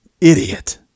idiot